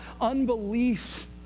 unbelief